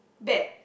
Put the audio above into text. bad